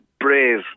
brave